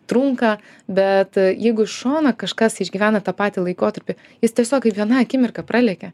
trunka bet jeigu iš šono kažkas išgyvena tą patį laikotarpį jis tiesiog kaip viena akimirka pralekia